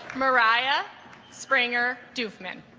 mariah springer dukeman